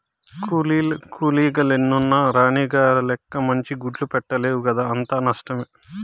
కూలీగ లెన్నున్న రాణిగ లెక్క మంచి గుడ్లు పెట్టలేవు కదా అంతా నష్టమే